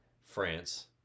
France